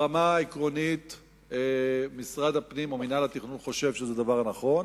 ברמה העקרונית משרד הפנים או מינהל התכנון חושב שזה דבר נכון.